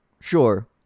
Sure